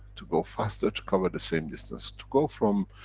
to go faster, to cover the same distance. to go from,